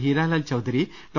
Hiralal Chaudhary Dr